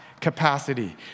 capacity